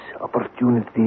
opportunity